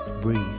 Breathe